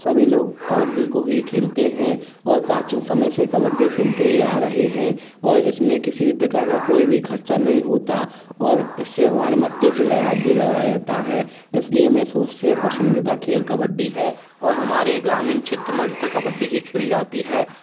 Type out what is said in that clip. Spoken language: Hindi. सभी लोग कबड्डी को ही खेलते हैं और प्राचीन समय से कबड्डी खेलते ही आ रहे हैं और इसमें किसी भी प्रकार का कोई भी खर्चा नहीं होता और इससे हमारा मट्टी से लगाव भी लगा रहता है इसलिए मैं सबसे पसंदीदा खेल कबड्डी है और हमारे ग्रामीन क्षेत्र में अधिकतर कबड्डी ही खेली जाती है